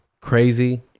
crazy